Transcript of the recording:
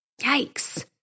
Yikes